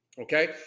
okay